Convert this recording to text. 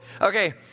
Okay